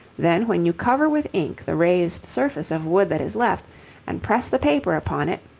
then when you cover with ink the raised surface of wood that is left and press the paper upon it,